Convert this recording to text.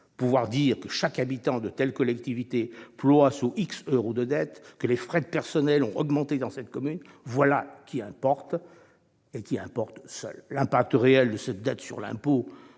Pouvoir dire que chaque habitant de telle commune ploie sous tant d'euros de dette et que les frais de personnels ont augmenté dans cette commune, voilà ce qui importera seul. L'impact réel de cette dette sur l'impôt